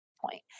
point